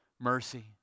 mercy